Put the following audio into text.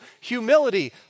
humility